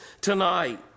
tonight